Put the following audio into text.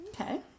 Okay